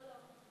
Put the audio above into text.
לא, לא.